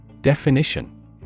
Definition